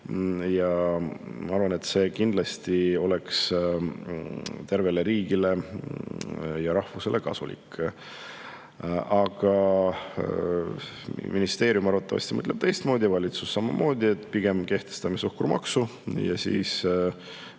Ma arvan, et see kindlasti on tervele riigile ja [rahvale] kasulik. Aga ministeerium arvatavasti mõtleb teistmoodi, valitsus samamoodi, et pigem kehtestame suhkrumaksu ja tänu